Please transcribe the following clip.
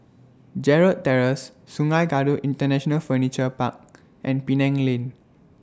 Gerald Terrace Sungei Kadut International Furniture Park and Penang Lane